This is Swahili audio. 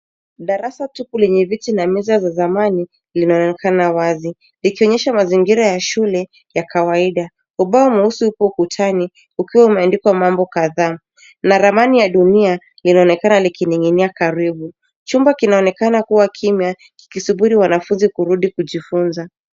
Darasa tupu lenye viti na meza za zamani linaonekana wazi likionyesha mazingira ya shule ya kawaida. Ubao mweusi upo ukutani ukiwa umeandikwa mambo kadhaa na ramani ya dunia linaonekana likining'inia karibu. Chumba kinaonekana kuwa kimya kikisubiri wanafuzi kurudi kujifuza.